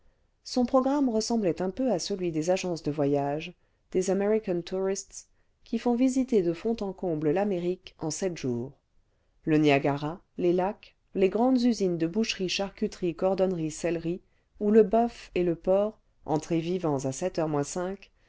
son programme ressemblait un peu à celui des agences de voyages des american tourists qui font visiter de fond en comble l'amérique en sept jours le niagara les lacs les grandes usines de boucherie charcuterie cor le vingtième siècle donnerie sellerie où le boeuf et le porc entrés vivants à sept heures moins cinq